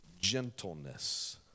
gentleness